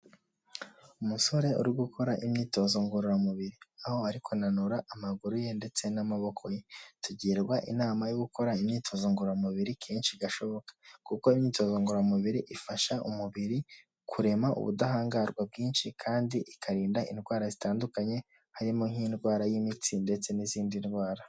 Umusore uri gukora imyitozo ngororamubiri, aho ari kunanura amaguru ye ndetse n'amaboko ye, tugirwa inama yo gukora imyitozo ngororamubiri kenshi gashoboka, kuko imyitozo ngororamubiri ifasha umubiri kurema ubudahangarwa bwinshi kandi ikarinda indwara zitandukanye, harimo nk'indwara y'imitsi ndetse n'izindi ndwara.